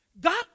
God